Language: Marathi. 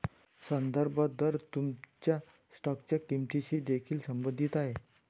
संदर्भ दर तुमच्या स्टॉकच्या किंमतीशी देखील संबंधित आहे